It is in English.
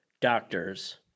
doctors